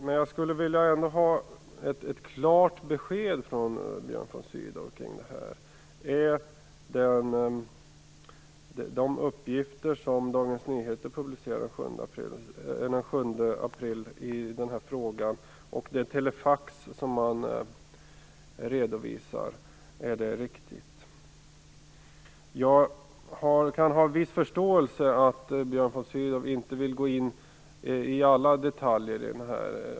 Men jag skulle ändå vilja ha ett klart besked från Björn von Sydow kring detta. Är de uppgifter som Dagens Nyheter publicerade den 7 april i den här frågan och det telefax som man redovisar riktiga? Jag kan ha en viss förståelse för att Björn von Sydow inte vill gå in på alla detaljer i detta.